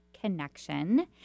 connection